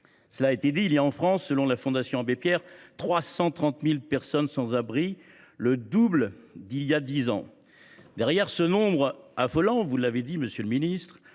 Cela a été dit, il y a en France, selon la Fondation Abbé Pierre, 330 000 personnes sans abri, et ce chiffre a doublé en dix ans. Derrière ce constat affolant, vous l’avez dit, monsieur le ministre,